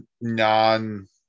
non